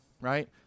right